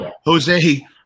Jose